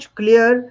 clear